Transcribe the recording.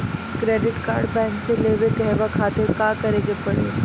Credit card bank से लेवे कहवा खातिर का करे के पड़ी?